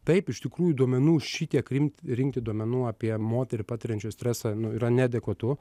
taip iš tikrųjų duomenų šitiek rim rinkti duomenų apie moterį patiriančią stresą nu yra neadekvatu